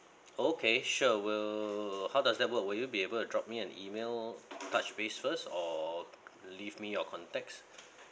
okay sure will how does that work will you be able to drop me an email touch base first or leave me your contacts